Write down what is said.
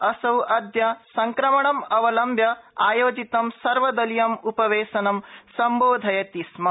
असौ अद्य संक्रमणम अवलम्ब्य आयोजितं सर्वदलीयम उ वेशनं सम्बोधयति स्म